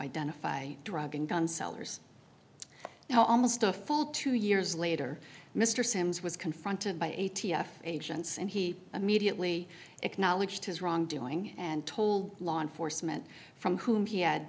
identify drug and gun sellers now almost a full two years later mr simms was confronted by a t f agents and he immediately acknowledged his wrongdoing and told law enforcement from whom he had